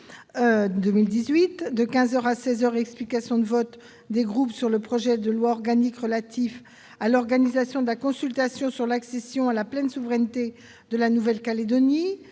2018 de 15 heures à 16 heures, explication de vote des groupes sur le projet de loi organique relative à l'organisation de la consultation sur l'accession à la pleine souveraineté de la Nouvelle-Calédonie